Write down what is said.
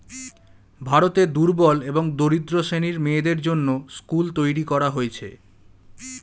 ভারতে দুর্বল এবং দরিদ্র শ্রেণীর মেয়েদের জন্যে স্কুল তৈরী করা হয়েছে